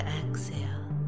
exhale